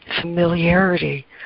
familiarity